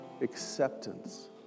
acceptance